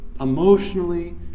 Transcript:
emotionally